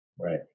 right